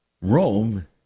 Rome